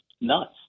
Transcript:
nuts